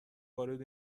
وارد